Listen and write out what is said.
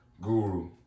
Guru